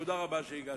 תודה רבה שהגעתם.